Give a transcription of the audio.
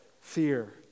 fear